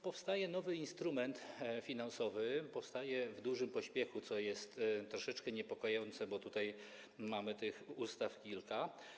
Powstaje nowy instrument finansowy, powstaje w dużym pośpiechu, co jest troszeczkę niepokojące, bo tutaj mamy tych ustaw kilka.